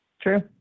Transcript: True